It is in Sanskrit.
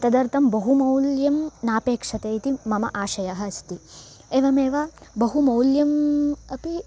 तदर्थं बहु मौल्यं नापेक्ष्यते इति मम आशयः अस्ति एवमेव बहु मौल्यम् अपि